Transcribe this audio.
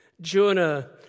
Jonah